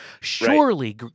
Surely